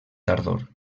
tardor